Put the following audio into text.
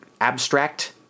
abstract